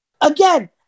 Again